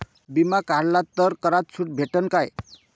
बिमा काढला तर करात सूट भेटन काय?